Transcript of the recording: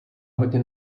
hodně